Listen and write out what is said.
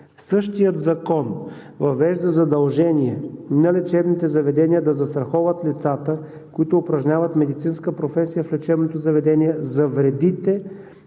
Същият закон въвежда задължение на лечебните заведения да застраховат лицата, които упражняват медицинска професия в лечебното заведение за вредите,